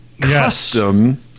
custom